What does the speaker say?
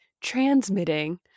transmitting